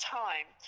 time